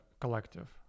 collective